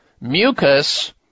mucus